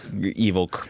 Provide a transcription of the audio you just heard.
evil